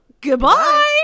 Goodbye